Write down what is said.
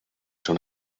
son